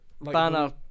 Banner